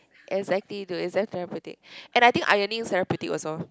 exactly dude it's damn therapeutic and I think ironing is therapeutic also